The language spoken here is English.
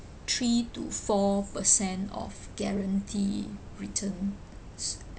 three to four percent of guarantee returns